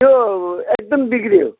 त्यो एकदम बिग्रियो